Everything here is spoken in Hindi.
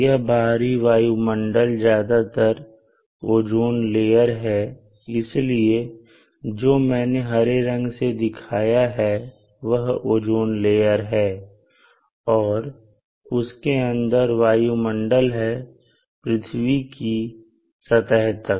यह बाहरी वायुमंडल ज्यादातर ओजोन है इसलिए जो मैंने हरे रंग से दिखाया है वह ओजोन लेयर है और उसके अंदर वायुमंडल है पृथ्वी के सतह तक